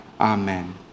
Amen